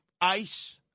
ICE